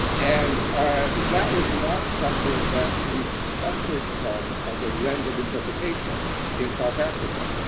and that was not something that we suffered from as a lens of interpretation in south africa.